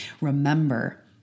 Remember